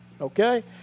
Okay